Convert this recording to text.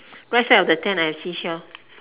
right side of the tent I have seashell